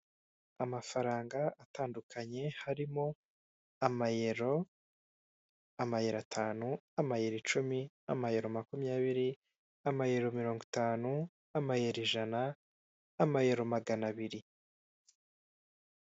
Amafaranga atandukanye harimo amayero, amayero atanu, amayero icumi, amayero makumyabiri, amayero mirongo itanu, amayero ijana, amayero magana abiri.